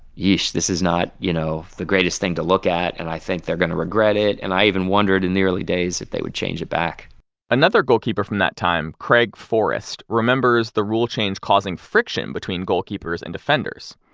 yeesh, this is not you know the greatest thing to look at, and i think they're going to regret it. and i even wondered, in the early days, if they would change it back another goalkeeper from that time, craig forrest, remembers the rule change causing friction between goalkeepers and defenders.